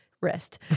rest